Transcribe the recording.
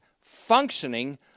functioning